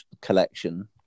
collection